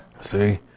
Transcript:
See